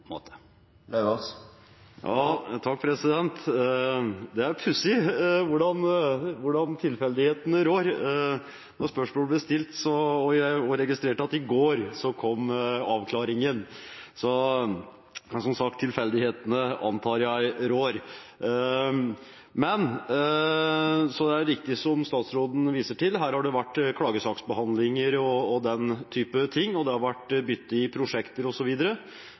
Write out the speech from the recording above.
Det er pussig hvordan tilfeldighetene rår fra spørsmålet ble stilt. Jeg registrerer at i går kom avklaringen. Men – som sagt – tilfeldighetene antar jeg rår. Det er riktig som statsråden viser til, at her har det vært klagesaksbehandlinger og den type ting, og det har vært bytte i